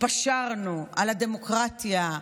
התפשרנו על הדמוקרטיה,